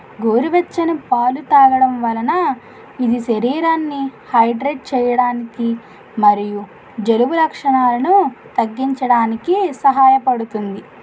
గోరువెచ్చని పాలు తాగడం వలన ఇది శరీరాన్ని హైడ్రేట్ చేయడానికి మరియు జలుబు లక్షణాలను తగ్గించడానికి సహాయపడుతుంది